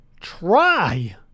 try